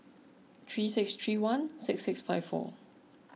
three six three one six six five four